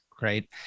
right